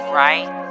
right